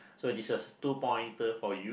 so this is a two pointer for you